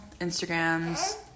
Instagrams